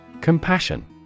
Compassion